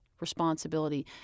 responsibility